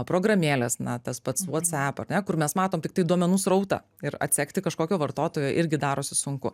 programėlės na tas pats whatsapp ar ne kur mes matom tiktai duomenų srautą ir atsekti kažkokį vartotoją irgi darosi sunku